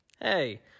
Hey